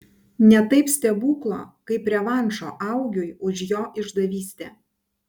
ne taip stebuklo kaip revanšo augiui už jo išdavystę